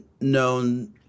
known